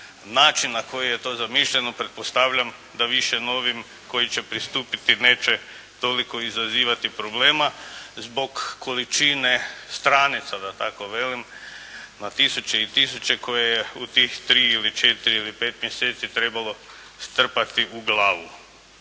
način na koji je to zamišljeno, pretpostavljam da više novim koji će pristupiti neće toliko izazivati problema zbog količine stranica da tako velim, na tisuće i tisuće koje je u tih tri ili četiri ili pet mjeseci trebalo strpati u glavu.